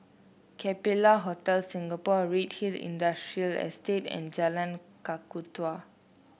Capella Hotel Singapore Redhill Industrial Estate and Jalan Kakatua